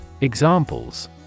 Examples